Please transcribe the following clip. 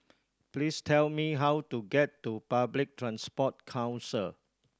please tell me how to get to Public Transport Council